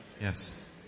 Yes